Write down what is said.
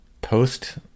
post